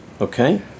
Okay